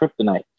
kryptonite